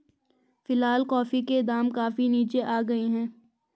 फिलहाल कॉफी के दाम काफी नीचे आ गए हैं